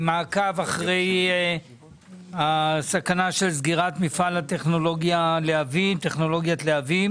במעקב אחרי הסכנה של סגירת מפעל טכנולוגיית להבים.